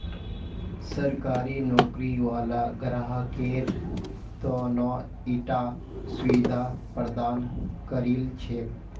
सरकारी नौकरी वाला ग्राहकेर त न ईटा सुविधा प्रदान करील छेक